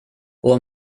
och